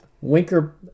Winker